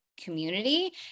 community